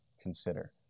consider